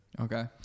Okay